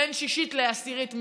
בין שישית לעשירית,